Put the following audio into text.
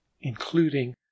including